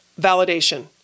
validation